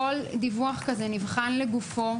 כל דיווח כזה נבחן לגופו.